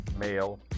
male